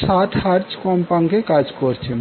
60 Hz কম্পাঙ্কে কাজ করছে